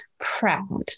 proud